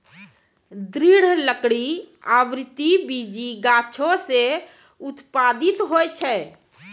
दृढ़ लकड़ी आवृति बीजी गाछो सें उत्पादित होय छै?